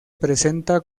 presenta